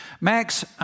Max